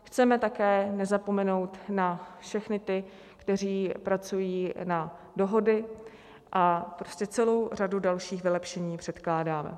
Chceme také nezapomenout na všechny ty, kteří pracují na dohody, a prostě celou řadu dalších vylepšení předkládáme.